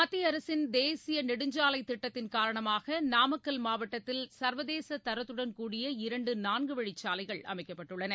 மத்திய அரசின் தேசிய நெடுஞ்சாலைத் திட்டத்தின் காரணமாக நாமக்கல் மாவட்டத்தில் சர்வதேச தரத்துடன் கூடிய இரண்டு நான்கு வழிச்சாலைகள் அமைக்கப்பட்டுள்ளன